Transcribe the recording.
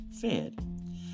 fed